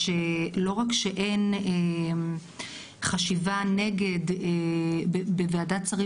שלא רק שאין חשיבה נגד בוועדת השרים